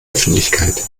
öffentlichkeit